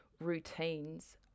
Routines